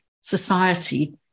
society